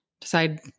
decide